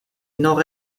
nord